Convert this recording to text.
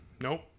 Nope